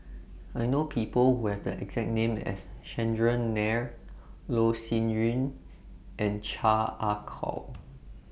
I know People Who Have The exact name as Chandran Nair Loh Sin Yun and Chan Ah Kow